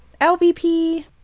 LVP